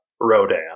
Rodan